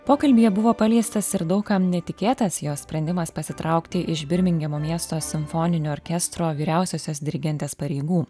pokalbyje buvo paliestas ir daug kam netikėtas jo sprendimas pasitraukti iš birmingemo miesto simfoninio orkestro vyriausiosios dirigentės pareigų